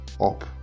up